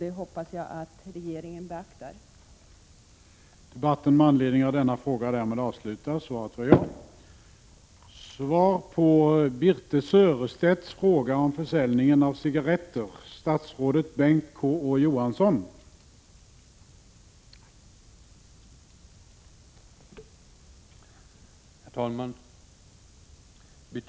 Jag hoppas att regeringen beaktar detta.